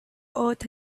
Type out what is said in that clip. earth